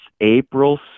April